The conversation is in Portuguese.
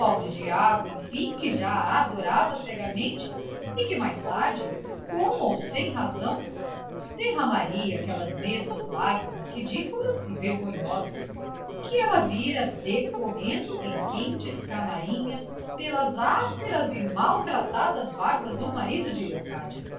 pobre-diabo enfim que já a adorava cegamente e que mais tarde com ou sem razão derramaria aquelas mesmas lágrimas ridículas e vergonhosas que ela vira decorrendo em quentes camarinhas pelas ásperas e maltratadas barbas do marido de leocádia